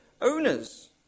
owners